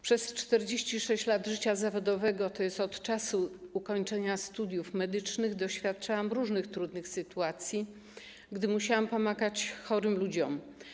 Przez 46 lat życia zawodowego, tj. od czasu ukończenia studiów medycznych, doświadczałam różnych trudnych sytuacji, gdy musiałam pomagać chorym ludziom.